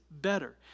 better